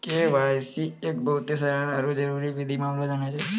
KYC एक बहुते साधारण आरु जरूरी विधि मानलो जाय छै